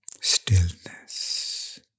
stillness